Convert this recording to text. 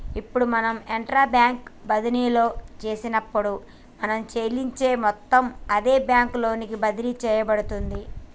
ఇప్పుడు మనం intra bank బదిన్లో చేసినప్పుడు మనం చెల్లించే మొత్తం అదే బ్యాంకు లోకి బదిలి సేయబడుతుంది